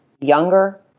younger